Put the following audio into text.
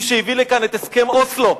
מי שהביא לכאן את הסכם אוסלו,